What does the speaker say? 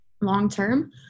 long-term